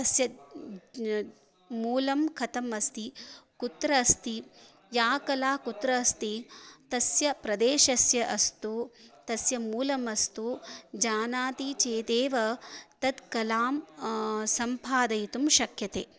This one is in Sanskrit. तस्य मूलं कथम् अस्ति कुत्र अस्ति या कला कुत्र अस्ति तस्य प्रदेशस्य अस्तु तस्य मूलमस्तु जानाति चेदेव तत् कलां सम्पादयितुं शक्यते